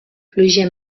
pluja